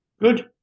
Good